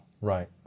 Right